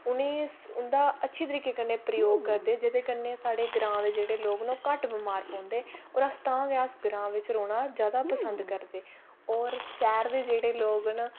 उटनेंगी उंटदा अच्छी' तरीकै कन्नै प्रयोग करदे जेह्दे कन्नै साढ़े ग्रांऽ दे लोक न ओह् घट्ट बमार पौंदे होर तां गै अस ग्नांऽ बिच रौह्ना पसंद करदे न होर शैह्र दे जेह्ड़े लोग न